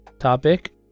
Topic